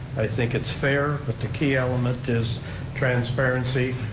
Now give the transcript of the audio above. i think it's fair, but the key element is transparency,